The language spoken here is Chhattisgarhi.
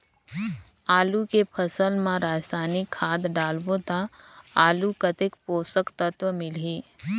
आलू के फसल मा रसायनिक खाद डालबो ता आलू कतेक पोषक तत्व मिलही?